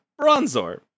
Bronzor